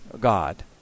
God